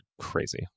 crazy